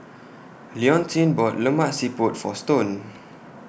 Leontine bought Lemak Siput For Stone